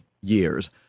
years